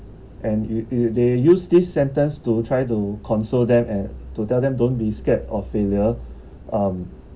and they use this sentence to try to console them and to tell them don't be scared of failure um